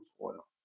oil